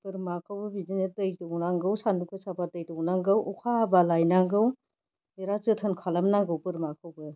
बोरमाखौबो बिदिनो दै दौनांगौ सानदुं गोसाबा दै दौनांगौ अखा हाबा लायनांगौ बेराद जोथोन खालामनांगौ बोरमाखौबो